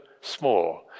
small